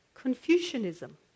Confucianism